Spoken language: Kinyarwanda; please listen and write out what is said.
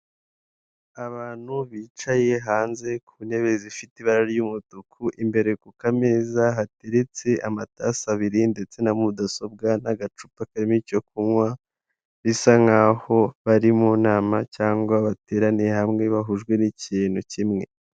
Abantu bicaye hanze ku ntebe zifite ibara ry'umutuku, imbere ku kameza hateretse amatasi abiri ndetse na mudasobwa n'agacupa karimo icyo kunywa, bisa nk'aho bari mu nama cyangwa bateraniye hamwe bahujwe n'ikintu kimwe.